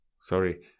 Sorry